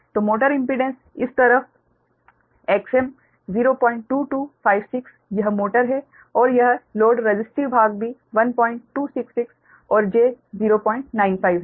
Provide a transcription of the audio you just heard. तो motor impedance इस तरफ Xm 02256 यह मोटर है और यह लोड रसिस्टिव भाग भी 1266 और j095 है